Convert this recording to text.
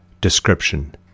description